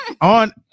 On